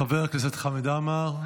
חבר הכנסת חמד עמאר,